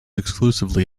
exclusively